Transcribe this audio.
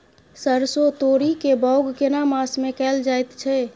सरसो, तोरी के बौग केना मास में कैल जायत छै?